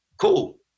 cool